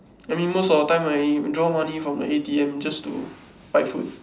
I mean most of the time I withdraw money from the A_T_M just to buy food